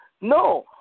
No